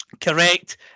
correct